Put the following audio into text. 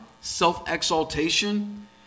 self-exaltation